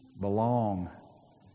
belong